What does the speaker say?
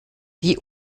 die